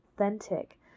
authentic